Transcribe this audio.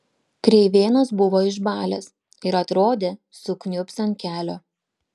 kreivėnas buvo išbalęs ir atrodė sukniubs ant kelio